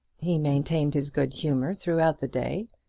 he maintained his good humour throughout the day,